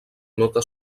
nota